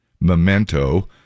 memento